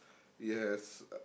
it has